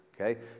Okay